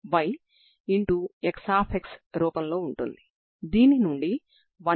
ఇది ప్రతి t 0 కి అన్ని సమయాలలో నిజం సరేనా